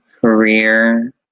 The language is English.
career